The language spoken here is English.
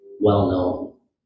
well-known